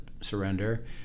surrender